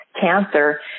cancer